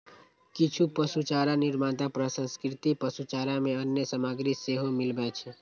किछु पशुचारा निर्माता प्रसंस्कृत पशुचारा मे अन्य सामग्री सेहो मिलबै छै